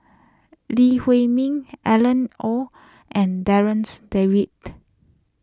Lee Huei Min Alan Oei and Darryl's David